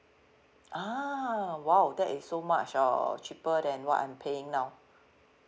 ah !wow! that is so much uh cheaper than what I'm paying now